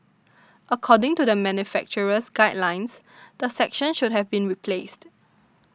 according to the manufacturer's guidelines the section should have been replaced